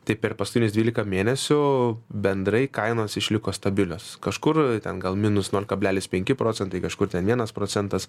tai per paskutinius dvyliką mėnesių bendrai kainos išliko stabilios kažkur ten gal minus niol kablelis peki procentai kažkur ten vienas procentas